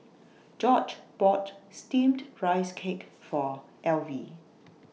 George bought Steamed Rice Cake For Elvie